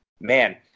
Man